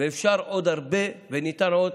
אפשר עוד הרבה וניתן עוד.